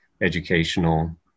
educational